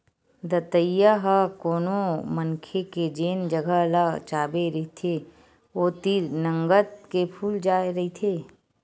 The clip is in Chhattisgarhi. दतइया ह कोनो मनखे के जेन जगा ल चाबे रहिथे ओ तीर नंगत के फूल जाय रहिथे